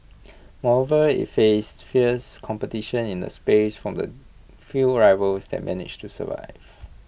moreover IT face fierce competition in the space from the few rivals that managed to survive